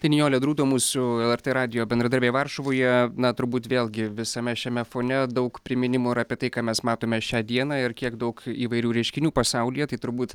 tai nijolė drūto mūsų lrt radijo bendradarbė varšuvoje na turbūt vėlgi visame šiame fone daug priminimo apie tai ką mes matome šią dieną ir kiek daug įvairių reiškinių pasaulyje tai turbūt